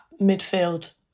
midfield